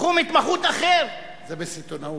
תחום התמחות אחר, זה בסיטונות.